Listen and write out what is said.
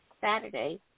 Saturday